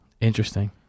Interesting